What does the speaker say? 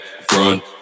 front